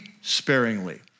sparingly